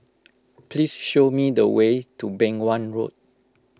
please show me the way to Beng Wan Road